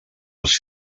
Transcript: les